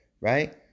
right